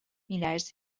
میلرزی